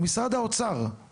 הוא משרד האוצר,